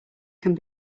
can